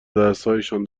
دستهایشان